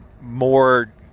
More